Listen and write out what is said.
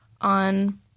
on